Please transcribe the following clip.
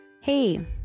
Hey